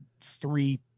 three